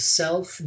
self